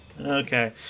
okay